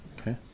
Okay